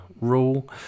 rule